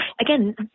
Again